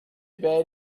bad